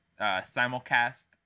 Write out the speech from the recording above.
simulcast